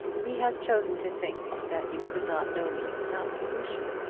he has chosen to think that you could not know me without pollution,